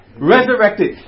resurrected